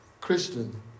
Christian